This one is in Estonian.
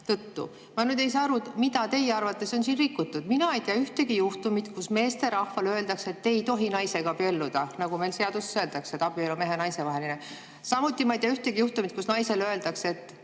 Ma ei saa aru, mida teie arvates on rikutud. Mina ei tea ühtegi juhtumit, kus meesterahvale öeldakse, et te ei tohi naisega abielluda, nagu meil seaduses öeldakse, et abielu on mehe ja naise vaheline. Samuti ma ei tea ühtegi juhtumit, kus naisele öeldakse, et